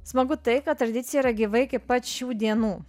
smagu tai kad tradicija yra gyva iki pat šių dienų